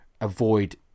avoid